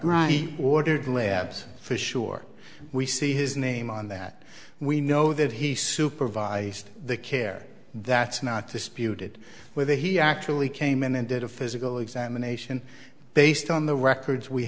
high ordered labs for sure we see his name on that we know that he supervised the care that's not disputed whether he actually came in and did a physical examination based on the records we